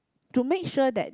to make sure that